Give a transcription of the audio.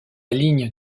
ligne